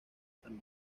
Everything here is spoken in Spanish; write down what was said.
san